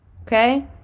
okay